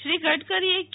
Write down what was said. Shri ગડકરીએકે